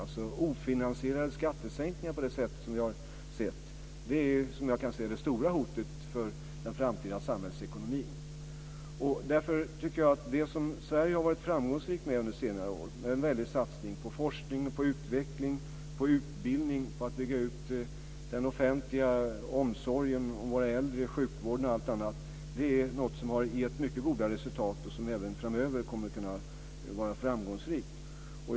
Ofinansierade skattesänkningar på det sätt som vi har sett är, vad jag kan se, det stora hotet mot den framtida samhällsekonomin. Därför tycker jag att det som Sverige har varit framgångsrikt med under senare år - en väldig satsning på forskning, utveckling, utbildning, utbyggnad av den offentliga omsorgen om våra äldre och sjukvården osv. - är något som har gett mycket goda resultat och som även framöver kommer att kunna vara framgångsrikt.